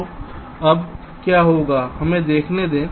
तो अब क्या होगा हमें देखने दें